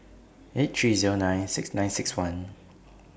eight three Zero nine six nine six one